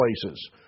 places